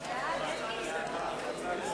חוק ומשפט נתקבלה.